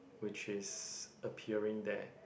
which is appearing there